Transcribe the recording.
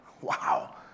Wow